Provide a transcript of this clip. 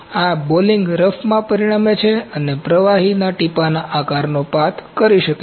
તેથી આ બોલિંગ રફમાં પરિણમે છે અને પ્રવાહી ટીપાંના આકારનો પાથ કરી શકે છે